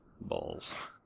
balls